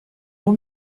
vous